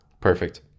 perfect